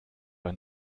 ein